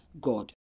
God